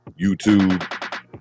YouTube